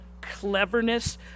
cleverness